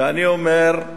ואני אומר: